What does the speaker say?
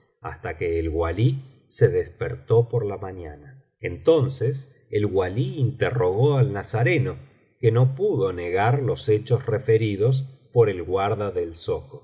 hasta que el walí se despertó por la mañana entonces el walí interrogó al nazareno que no pudo negar los hechos referidos por el guarda del zoco